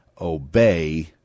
obey